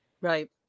Right